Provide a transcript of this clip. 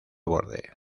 borde